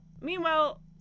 meanwhile